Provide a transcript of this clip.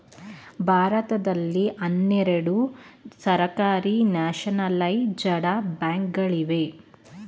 ಭಾರತದಲ್ಲಿ ಹನ್ನೆರಡು ಸರ್ಕಾರಿ ನ್ಯಾಷನಲೈಜಡ ಬ್ಯಾಂಕ್ ಗಳಿವೆ